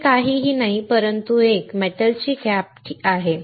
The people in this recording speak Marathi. हे काहीही नाही परंतु एक धातूची कॅप ठीक आहे